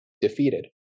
defeated